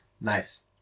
Nice